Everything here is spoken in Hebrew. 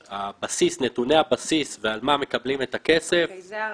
נתוני הבסיס ועל מה מקבלים את הכסף, מורכב.